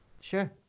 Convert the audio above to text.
Sure